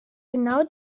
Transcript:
genau